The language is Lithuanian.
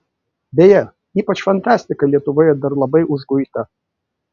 beje ypač fantastika lietuvoje dar labai užguita